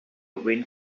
wind